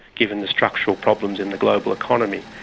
given the structural problems in the global economy.